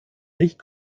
nicht